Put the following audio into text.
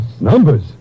Numbers